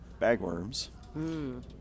bagworms